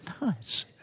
Nice